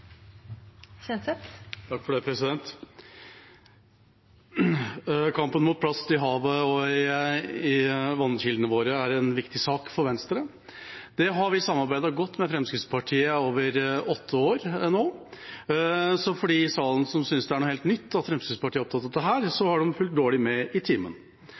en viktig sak for Venstre. Det har vi samarbeidet godt med Fremskrittspartiet om i åtte år nå. De i salen som synes det er noe helt nytt at Fremskrittspartiet er opptatt av dette, har fulgt dårlig med i timen.